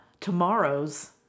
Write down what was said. tomorrow's